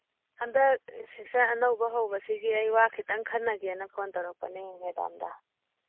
ꯍꯟꯗꯛ ꯁꯦꯁꯟ ꯑꯅꯧꯕ ꯍꯧꯕꯁꯤꯒꯤ ꯑꯩ ꯋꯥ ꯈꯤꯇꯪ ꯈꯟꯅꯒꯦꯅ ꯐꯣꯟ ꯇꯧꯔꯛꯄꯅꯦ ꯃꯦꯗꯥꯝꯗ